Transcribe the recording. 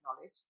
knowledge